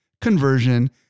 conversion